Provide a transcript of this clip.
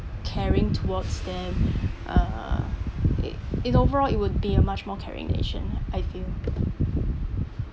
caring towards them uh it in overall it would be a much more caring nation I feel